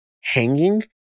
hanging